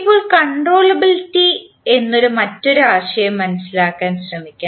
ഇപ്പോൾ കൺട്രോളബിലിറ്റി എന്ന മറ്റൊരു ആശയം മനസിലാക്കാൻ ശ്രമിക്കാം